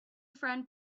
friend